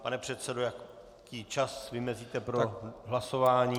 Pane předsedo, jaký čas vymezíte pro hlasování?